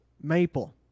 Maple